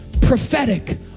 prophetic